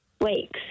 Weeks